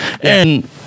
And-